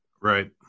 right